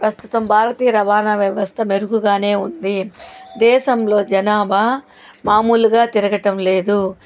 ప్రస్తుతం భారతీయ రవాణా వ్యవస్థ మెరుగుగానే ఉంది దేశంలో జనాభా మామూలుగా తిరగడం లేదు